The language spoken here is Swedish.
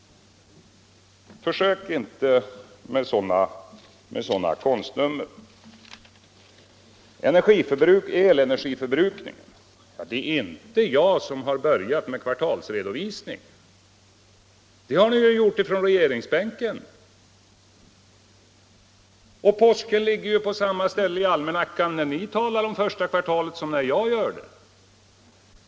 Försök inte med sådana konstnummer. När det gäller elenergiförbrukningen är det inte jag som har börjat med kvartalsredovisning. Det har ni från regeringsbänken gjort. Påsken ligger på samma ställe i almanackan både när ni talar om första kvartalet och när jag gör det.